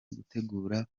gutegura